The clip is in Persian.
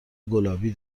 گلابی